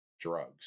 drugs